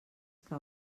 que